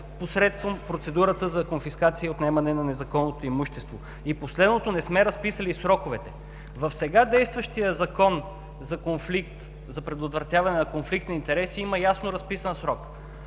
посредством процедурата за конфискация и отнемане на незаконното имущество. И последното – не сме разписали сроковете. В сега действащия Закон за конфликт за предотвратяване на конфликт на интереси, има ясно разписан срок.